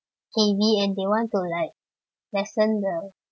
heavy and they want to like lessen the